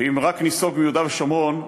ואם רק ניסוג מיהודה ושומרון,